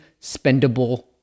spendable